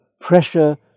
pressure